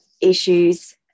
issues